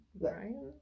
Brian